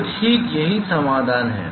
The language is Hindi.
तो ठीक यही समाधान है